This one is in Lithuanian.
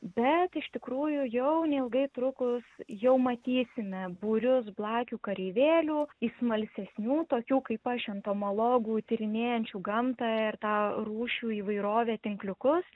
bet iš tikrųjų jau neilgai trukus jau matysime būrius blakių kareivėlių į smalsesnių tokių kaip aš entomologų tyrinėjančių gamtą ir tą rūšių įvairovę tinkliukus